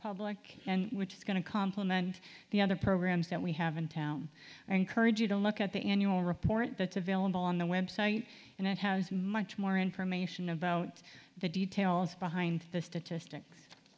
public and which is going to compliment the other programs that we have in town encourage you to look at the annual report that's available on the web site and it has much more information about the details behind the statistics